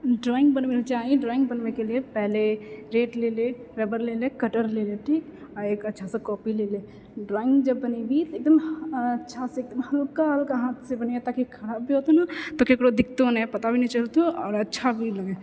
drawing बनबेैके लिए चाही ड्रॉइङ्ग बनबैके लिए पहले रेट ले ले रबर ले ले कटर ले ले ठीक आ एक अच्छा सा कॉपी ले ले ड्रॉइङ्ग जब बनेबीही तऽ एकदम अच्छासँ एकदम हल्का हल्का हाथसँ बनेबीही ताकि खराब भी होतो ने तऽ ककरो दिखतौ नहि पता भी नहि चलतौ आओर अच्छा भी लगै